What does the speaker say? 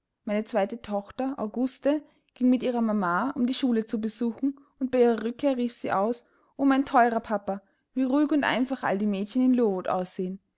meine zweite tochter auguste ging mit ihrer mama um die schule zu besuchen und bei ihrer rückkehr rief sie aus o mein teurer papa wie ruhig und einfach all die mädchen in lowood aussehen